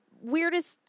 weirdest